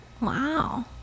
Wow